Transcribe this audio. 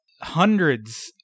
hundreds